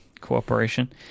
cooperation